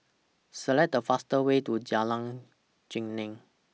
Select The fastest Way to Jalan Geneng